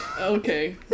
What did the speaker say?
Okay